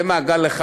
זה מעגל אחד.